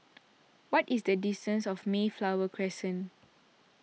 what is the distance to Mayflower Crescent